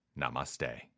Namaste